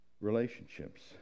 relationships